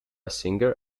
singer